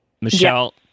Michelle